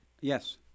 Yes